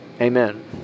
Amen